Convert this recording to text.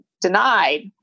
denied